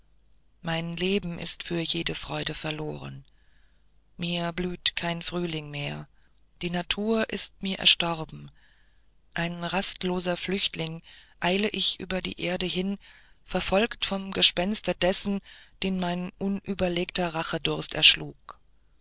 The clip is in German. mein leben ist für jede freude verloren mir blüht kein frühling mehr die natur ist mir erstorben ein rastloser flüchtling eile ich über die erde hin verfolgt vom gespenste dessen den mein unüberlegter rachedurst erschlug